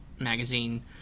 magazine